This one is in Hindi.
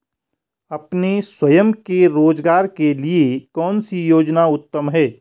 अपने स्वयं के रोज़गार के लिए कौनसी योजना उत्तम है?